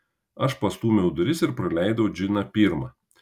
aš pastūmiau duris ir praleidau džiną pirmą